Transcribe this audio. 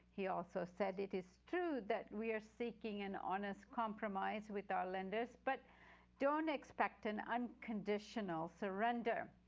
he also said, it is true that we are seeking an honest compromise with our lenders, but don't expect an unconditional surrender?